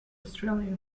australia